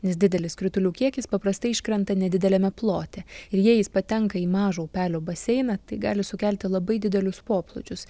nes didelis kritulių kiekis paprastai iškrenta nedideliame plote ir jei jis patenka į mažo upelio baseiną tai gali sukelti labai didelius poplūdžius